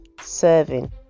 serving